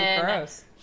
gross